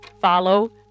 follow